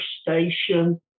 station